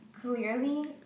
clearly